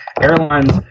airlines